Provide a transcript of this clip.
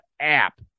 app